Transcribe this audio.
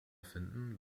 finden